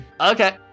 Okay